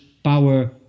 power